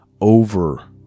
over